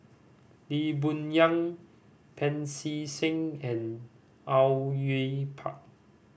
Lee Boon Yang Pancy Seng and Au Yue Pak